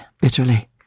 bitterly